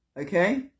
Okay